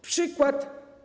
Przykład?